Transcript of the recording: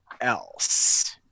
else